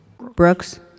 Brooks